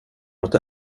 mot